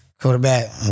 quarterback